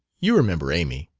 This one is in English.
you remember amy?